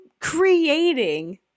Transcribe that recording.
creating